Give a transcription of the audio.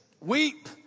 Weep